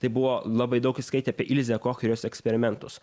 tai buvo labai daug jis skaitė apie ilzę koch ir jos eksperimentus